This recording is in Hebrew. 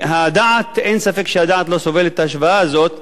אין ספק שהדעת לא סובלת את ההשוואה הזו,